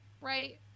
right